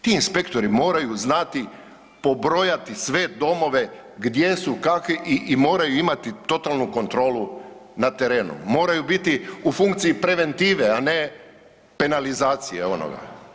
Ti inspektori moraju znati pobrojati sve domove gdje su, kakvi i moraju imati totalnu kontrolu na terenu, moraju biti u funkciji preventive, a ne penalizacije onoga.